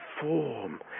form